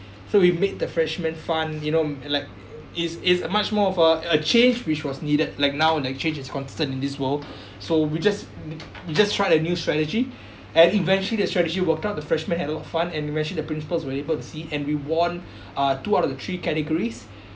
so we made the freshman fun you know like it's it's a much more of a a change which was needed like now like change is constant in this world so we just we just tried a new strategy and eventually the strategy worked out the freshman had a lot of fun and imagine the principles were able to see and we won uh two out of the three categories